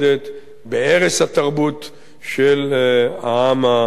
בערש התרבות של העם היהודי,